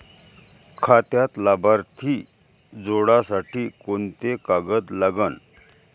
खात्यात लाभार्थी जोडासाठी कोंते कागद लागन?